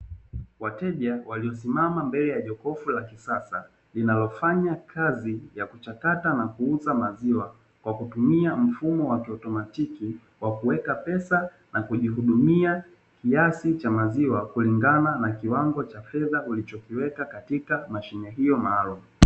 Wateja waliosimama mbele ya jokofu la kisasa, linalofanya kazi ya kuchakata na kuuza maziwa, kwa kutumia mfumo wa kiautomatiki, wa kuweka pesa na kujihudumia kiasi cha maziwa kulingana na kiwango cha fedha ulichokiweka katika mashine hiyo maalumu.